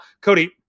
Cody